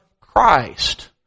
Christ